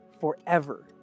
forever